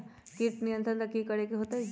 किट नियंत्रण ला कि करे के होतइ?